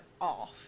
off